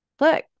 look